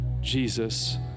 jesus